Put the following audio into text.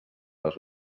les